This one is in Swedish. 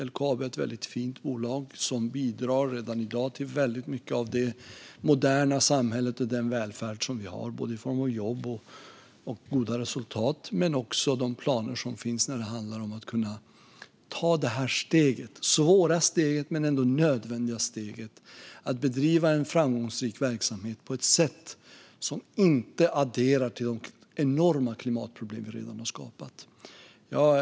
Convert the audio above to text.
LKAB är ett fint bolag som redan i dag bidrar till väldigt mycket av det moderna samhälle och den välfärd som vi har i form av jobb och goda resultat men också de planer som finns när det handlar om att kunna ta det svåra men nödvändiga steget att bedriva en framgångsrik verksamhet på ett sätt som inte adderar till de enorma klimatproblem som vi redan har skapat.